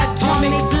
Atomic